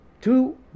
Two